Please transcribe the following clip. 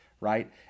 right